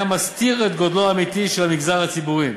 מסתיר את גודלו האמיתי של המגזר הציבורי.